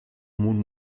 moon